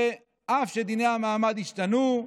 ואף שדיני המעמד השתנו,